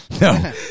No